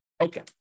Okay